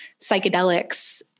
psychedelics